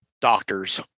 doctors